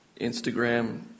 Instagram